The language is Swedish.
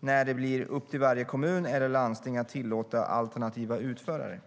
när det blir upp till varje kommun eller landsting att tillåta alternativa utförare.